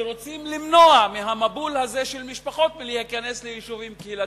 ורוצים למנוע מהמבול הזה של משפחות להיכנס ליישובים קהילתיים,